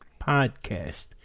podcast